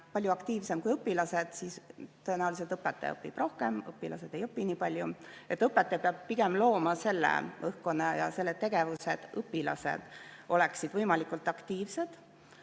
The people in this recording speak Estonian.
palju aktiivsem kui õpilased, siis tõenäoliselt õpetaja õpib rohkem, õpilased ei õpi nii palju. Õpetaja peab pigem looma selle õhkkonna ja selle tegevuse nii, et õpilased oleksid võimalikult aktiivsed.